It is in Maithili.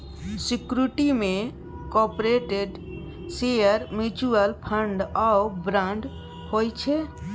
सिक्युरिटी मे कारपोरेटक शेयर, म्युचुअल फंड आ बांड होइ छै